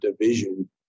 division